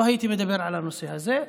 לא הייתי מדבר על הנושא הזה.